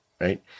right